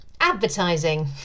advertising